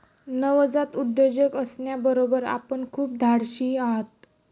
नवजात उद्योजक असण्याबरोबर आपण खूप धाडशीही आहात